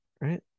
Right